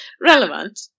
relevant